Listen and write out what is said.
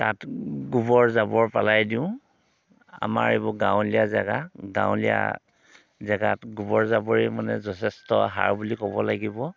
তাত গোবৰ জাবৰ পেলাই দিওঁ আমাৰ এইবোৰ গাঁৱলীয়া জেগা গাঁৱলীয়া জেগাত গোবৰ জাবৰেই মানে যথেষ্ট সাৰ বুলি ক'ব লাগিব